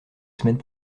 semaine